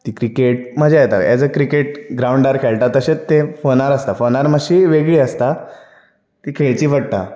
ती क्रिकेट मजा येता एज क्रिकेट ग्रावंडार खेळटा तशेंच ते फॉनार आसता फॉनार मातशी वेगळी आसता ती खेळची पडटा